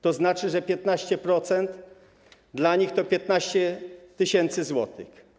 To znaczy, że 15% dla nich to 15 tys. zł.